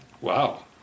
Wow